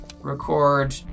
record